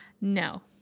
No